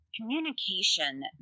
communication